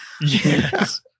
Yes